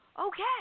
okay